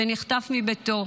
שנחטף מביתו